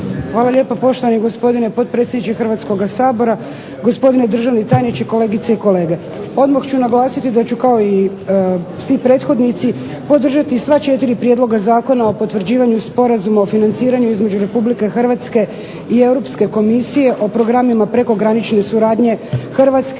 Hvala lijepo poštovani gospodine potpredsjedniče Hrvatskoga sabora, gospodine državni tajniče, kolegice i kolege. Odmah ću naglasiti da ću kao i svi prethodnici podržati sva četiri prijedloga zakona o potvrđivanju sporazuma o financiranju između Republike Hrvatske i Europske Komisije o programima prekogranične suradnje Hrvatske